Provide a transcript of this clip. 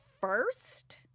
first